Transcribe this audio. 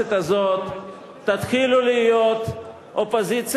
הכנסת הזאת תתחילו להיות אופוזיציה